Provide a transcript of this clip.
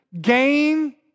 Gain